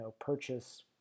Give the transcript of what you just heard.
purchase